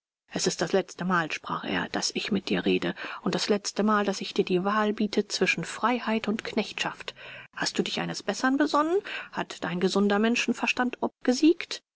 es ist das letzte mal sprach er daß ich mit dir rede und das letzte mal daß ich dir die wahl biete zwischen freiheit und knechtschaft hast du dich eines bessern besonnen hat dein gesunder menschenverstand obgesiegt